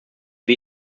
wir